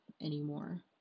anymore